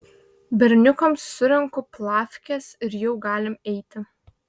berniukams surenku plafkes ir jau galim eiti